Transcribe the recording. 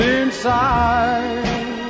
inside